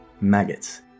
maggots